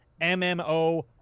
MMO